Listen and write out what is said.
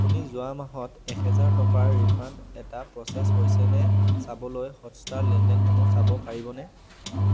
আপুনি যোৱা মাহত এহেজাৰ টকাৰ ৰিফাণ্ড এটা প্ৰ'চেছ হৈছে নে চাবলৈ হটষ্টাৰ লেনদেনসমূহ চাব পাৰিবনে